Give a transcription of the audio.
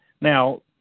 Now